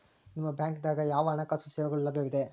ನಿಮ ಬ್ಯಾಂಕ ದಾಗ ಯಾವ ಹಣಕಾಸು ಸೇವೆಗಳು ಲಭ್ಯವಿದೆ?